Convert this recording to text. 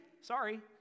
Sorry